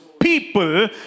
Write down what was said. People